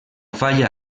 falla